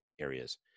areas